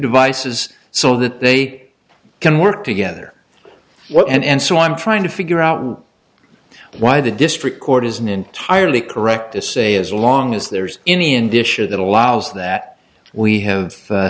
devices so that they can work together what and so i'm trying to figure out why the district court isn't entirely correct to say as long as there's any indicia that allows that we have